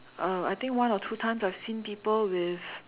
uh I think one or two times I've seen people with